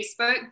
Facebook